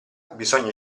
bisogna